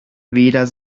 weder